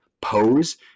pose